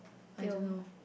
I don't know